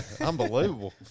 Unbelievable